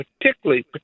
particularly